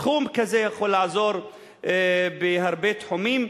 סכום כזה יכול לעזור בהרבה תחומים.